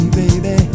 baby